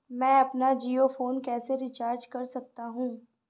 मैं अपना जियो फोन कैसे रिचार्ज कर सकता हूँ?